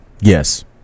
Yes